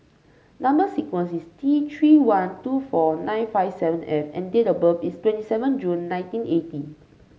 number sequence is T Three one two four nine five seven F and date of birth is twenty seven June nineteen eighty